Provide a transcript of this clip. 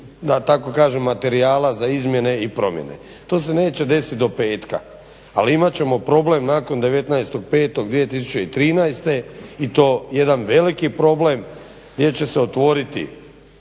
da tako kažem materijala za izmjene i promjene. To se neće desiti do petka, ali imat ćemo problem nakon 19.5.2013.i to jedan veliki problem gdje će se otvoriti